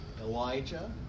Elijah